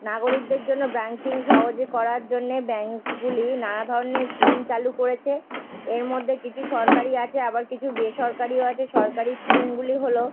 নাগরিকদের জন্য ব্যাঙ্কিং সহজে করার জন্যে ব্যাঙ্কগুলি নানা ধরনের স্কিম চালু করেছে এর মধ্যে কিছু সরকারি আছে আবার কিছু বেসরকারিও আছে সরকারি স্কিমগুলি হল